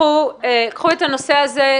קחו את הנושא הזה.